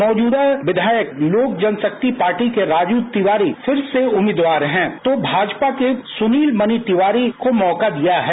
मौजूदा विधायक लोक जनशक्ति पार्टी के राजू तिवारी फिर से उम्मीदवार है तो भाजपा ने सुनील मणि तिवारी को मौका दिया है